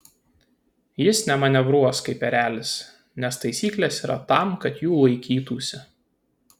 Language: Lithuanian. jis nemanevruos kaip erelis nes taisyklės yra tam kad jų laikytųsi